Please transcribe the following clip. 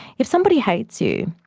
if somebody hates you,